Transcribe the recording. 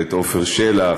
ואת עפר שלח,